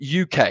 UK